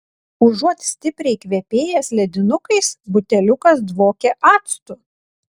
užuot stipriai kvepėjęs ledinukais buteliukas dvokė actu